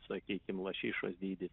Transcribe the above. sakykim lašišos dydis